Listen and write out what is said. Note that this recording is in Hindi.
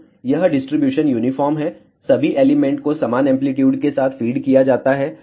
तो यह डिस्ट्रीब्यूशन यूनिफॉर्म है सभी एलिमेंट को समान एंप्लीट्यूड के साथ फीड किया जाता है